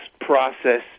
process